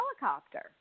helicopter